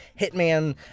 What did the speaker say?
Hitman